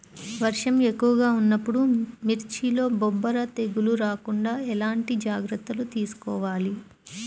వర్షం ఎక్కువగా ఉన్నప్పుడు మిర్చిలో బొబ్బర తెగులు రాకుండా ఎలాంటి జాగ్రత్తలు తీసుకోవాలి?